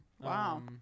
wow